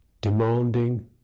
demanding